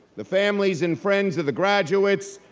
the families and friends of the graduates,